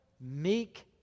meek